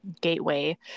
gateway